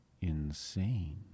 insane